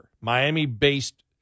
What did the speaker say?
Miami-based